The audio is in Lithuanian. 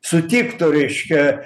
sutiktų reiškia